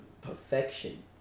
perfection